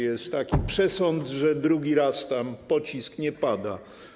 Jest taki przesąd, że drugi raz tam pocisk nie padnie.